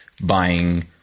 buying